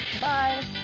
Bye